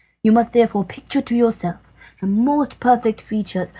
you must therefore picture to yourself the most perfect features,